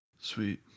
Sweet